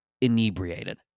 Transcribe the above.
inebriated